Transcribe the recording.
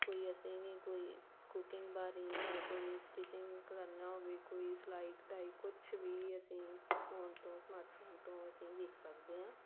ਕੋਈ ਅਸੀਂ ਵੀ ਕੋਈ ਕੁਕਿੰਗ ਬਾਰੇ ਜਾਂ ਕੋਈ ਸਟੀਚਿੰਗ ਕਰਨਾ ਹੋਵੇ ਕੋਈ ਸਿਲਾਈ ਕਢਾਈ ਕੁਛ ਵੀ ਅਸੀਂ ਫੋਨ ਤੋਂ ਸਮਾਰਟ ਫੋਨ ਤੋਂ ਅਸੀਂ ਵੇਖ ਸਕਦੇ ਹਾਂ